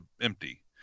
empty